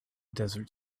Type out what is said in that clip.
desert